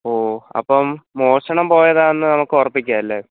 ഓ അപ്പം മോഷണം പോയതാണെന്ന് നമുക്ക് ഉറപ്പിക്കാം അല്ലേ